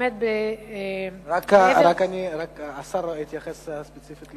רק השר יתייחס לחוק ספציפית.